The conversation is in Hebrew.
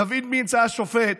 דוד מינץ היה שופט